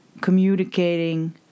communicating